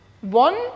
One